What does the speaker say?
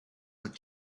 that